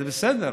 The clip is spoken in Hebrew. זה בסדר.